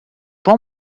pour